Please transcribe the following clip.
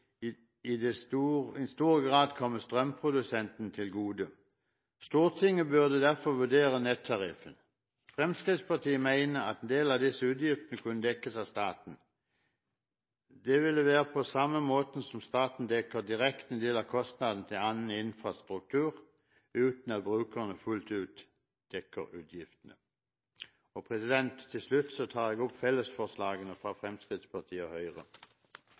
kablene vil i stor grad komme strømprodusentene til gode. Stortinget burde derfor vurdere nettariffen. Fremskrittspartiet mener at en del av disse utgiftene kunne dekkes av staten. Dette ville være på samme måte som at staten dekker direkte en del av kostnadene til annen infrastruktur uten at brukerne fullt ut dekker utgiftene. Til slutt vil jeg anbefale komiteens innstilling, som Fremskrittspartiet, Høyre og